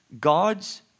God's